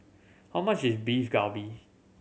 how much is Beef Galbi